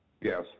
Yes